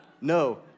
no